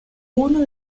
uno